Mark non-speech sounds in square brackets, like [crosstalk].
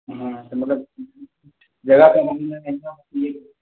हँ तऽ मतलब जगहक घूमने [unintelligible]